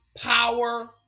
power